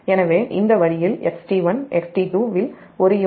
எனவே இந்த வழியில் XT1 XT2 வில் ஒரு யூனிட்டுக்கு 0